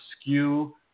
skew